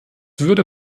würde